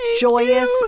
joyous